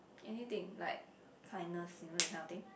anything like kindness you know that kind of thing